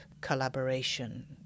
collaboration